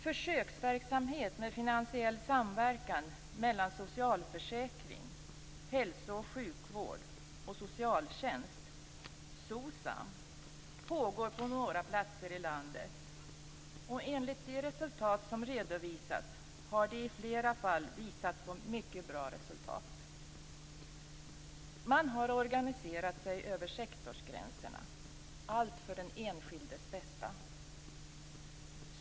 Försöksverksamhet med finansiell samverkan mellan socialförsäkring, hälso och sjukvård och socialtjänst, SOCSAM, pågår på några platser i landet. De resultat som har redovisats har i flera fall varit mycket bra. Man har organiserat sig över sektorsgränserna - allt för den enskildes bästa.